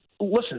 listen